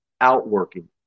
outworking